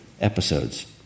episodes